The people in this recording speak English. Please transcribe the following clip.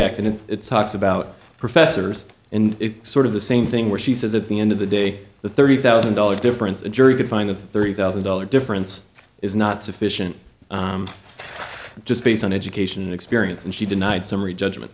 act and it's talks about professors and it's sort of the same thing where she says at the end of the day the thirty thousand dollars difference a jury could find the thirty thousand dollars difference is not sufficient just based on education and experience and she denied summary judgment